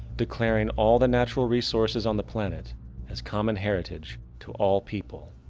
declaring all the natural resources on the planet as common heritage to all people,